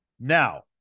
Now